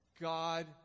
God